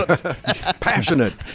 Passionate